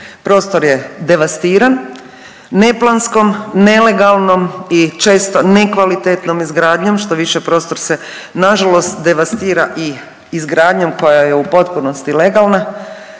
Prostor je devastiran neplanskom, nelegalnom i često nekvalitetnom izgradnjom, štoviše, prostor se nažalost devastira i izgradnjom koja je u potpunosti legalna